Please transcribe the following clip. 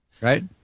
Right